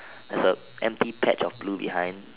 the empty patch of blue behind